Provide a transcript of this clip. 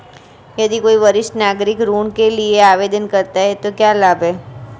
यदि कोई वरिष्ठ नागरिक ऋण के लिए आवेदन करता है तो क्या लाभ हैं?